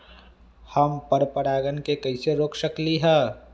हम पर परागण के कैसे रोक सकली ह?